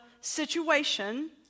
situation